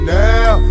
now